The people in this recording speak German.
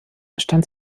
stand